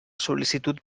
sol·licitud